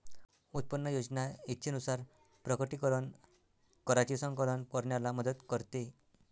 उत्पन्न योजना इच्छेनुसार प्रकटीकरण कराची संकलन करण्याला मदत करते